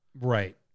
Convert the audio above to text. right